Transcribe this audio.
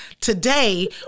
today